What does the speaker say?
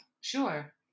Sure